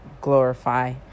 glorify